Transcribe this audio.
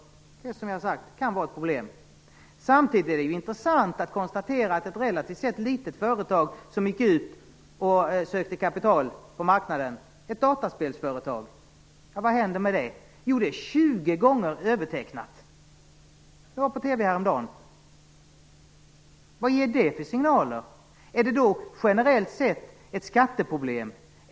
Det kan som jag har sagt vara ett problem. Samtidigt är det ju intressant att konstatera vad som skedde när ett relativt sett litet företag, ett dataspelsföretag, gick ut och sökte kapital på marknaden. Vad hände? Det är övertecknat 20 gånger! Det visades på TV häromdagen. Vad ger det för signaler? Är det då generellt sett ett skatteproblem?